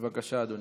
בבקשה, אדוני.